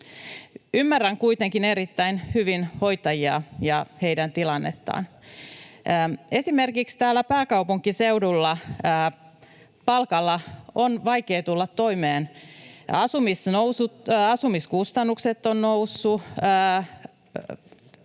Ymmärrän kuitenkin erittäin hyvin hoitajia ja heidän tilannettaan. Esimerkiksi täällä pääkaupunkiseudulla palkalla on vaikea tulla toimeen. Asumiskustannukset ovat nousseet,